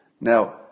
Now